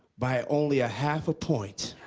by only a half a point